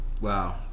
Wow